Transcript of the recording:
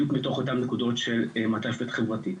בדיוק מתוך אולן הנקודות של מעטפת חברתית.